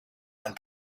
and